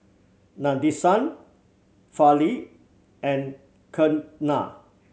Nadesan Fali and Ketna